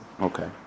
Okay